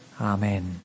Amen